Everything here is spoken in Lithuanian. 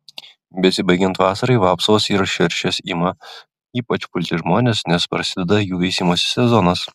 besibaigiant vasarai vapsvos ir širšės ima ypač pulti žmones nes prasideda jų veisimosi sezonas